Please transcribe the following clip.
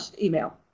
email